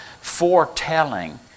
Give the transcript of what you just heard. foretelling